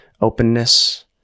openness